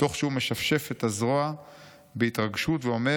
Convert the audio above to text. תוך שהוא משפשף את הזרוע בהתרגשות ואומר: